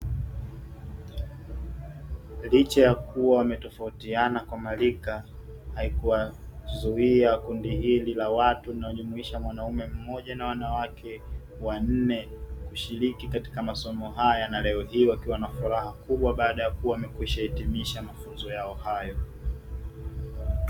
Licha kuwa wametofautiana kwa marika haikuwazuia kundi hili la watu linalojumuisha mwanaume mmoja na wanawake wanne, kushiriki katika masomo haya na leo hii wakiwa na furaha kubwa baada ya kuwa wameshahitimu masomo yao hayo.